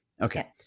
Okay